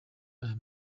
aya